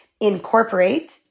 incorporate